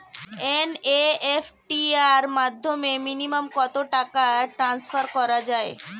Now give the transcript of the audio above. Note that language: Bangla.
এন.ই.এফ.টি র মাধ্যমে মিনিমাম কত টাকা ট্রান্সফার করা যায়?